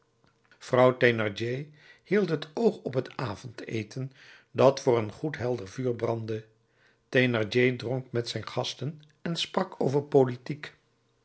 thénardier hield het oog op het avondeten dat voor een goed helder vuur brandde thénardier dronk met zijn gasten en sprak over politiek